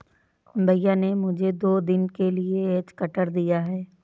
भैया ने मुझे दो दिन के लिए हेज कटर दिया है